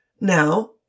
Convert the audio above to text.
Now